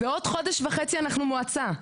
בעוד חודש וחצי אנחנו מועצה.